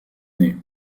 nez